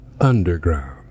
Underground